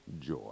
joy